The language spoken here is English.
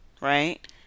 right